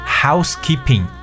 housekeeping